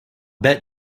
bet